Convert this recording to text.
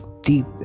deep